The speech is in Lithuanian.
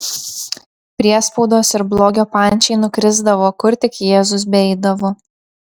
priespaudos ir blogio pančiai nukrisdavo kur tik jėzus beeidavo